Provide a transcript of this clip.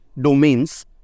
domains